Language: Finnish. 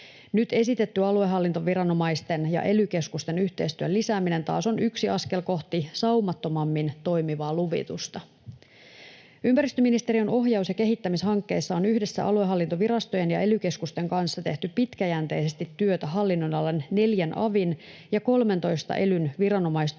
Nyt esitetty aluehallintoviranomaisten ja ely-keskusten yhteistyön lisääminen taas on yksi askel kohti saumattomammin toimivaa luvitusta. Ympäristöministeriön ohjaus‑ ja kehittämishankkeissa on yhdessä aluehallintovirastojen ja ely-keskusten kanssa tehty pitkäjänteisesti työtä hallinnonalan, 4 avin ja 13 elyn viranomaistoiminnan